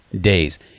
days